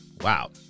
Wow